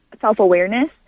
self-awareness